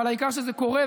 אבל העיקר שזה קורה.